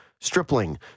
Stripling